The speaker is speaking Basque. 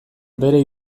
bere